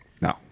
no